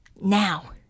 Now